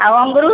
ଆଉ ଅଙ୍ଗୁର